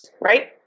right